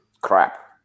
crap